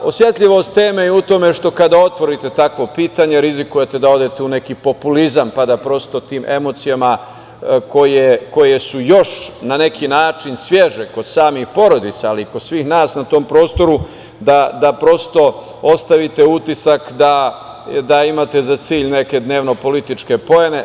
Osetljivost teme je u tome što kada otvorite takvo pitanje rizikujete da odete u neki populizam, pa da prosto tim emocijama koje su još na neki način sveže kod samih porodica, ali i kod svih nas na tom prostoru, da ostavite utisak da imate za cilj neke dnevno-političke poene.